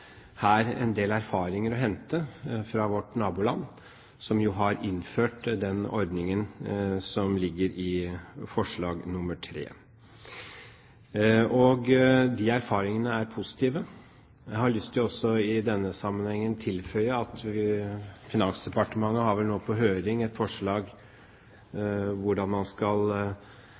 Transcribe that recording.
her en del erfaringer å hente fra vårt naboland, som jo har innført den ordningen som er foreslått i forslag nr. 3. De erfaringene er positive. Jeg har også i denne sammenhengen lyst til å tilføye at Finansdepartementet nå har på høring et forslag om hvordan man skal